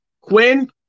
Quinn